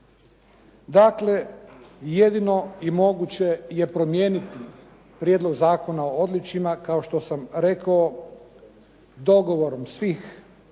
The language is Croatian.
Dakle, jedino i moguće je promijenit Prijedlog zakona o odličjima, kao što sam rekao, dogovorom svih